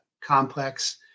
complex